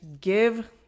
give